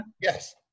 Yes